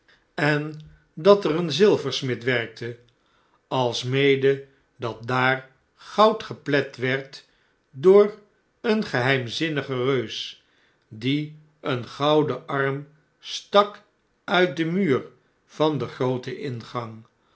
en dat er een zilversmid werkte alsmede dat daar goud geplet werd door een geheimzinnigen reus die een gouden arm stak uit den muur van den grooten ingang